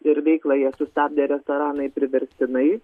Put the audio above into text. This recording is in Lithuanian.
ir veiklą jie sustabdė restoranai priverstinai